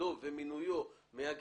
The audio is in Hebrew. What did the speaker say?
תפקידו ומינויו מן הגזבר,